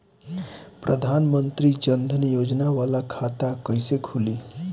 प्रधान मंत्री जन धन योजना वाला खाता कईसे खुली?